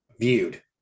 viewed